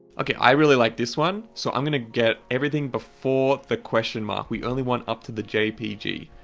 okay, i really like this one so i'm going to get everything before the question mark we only went up to the jpg.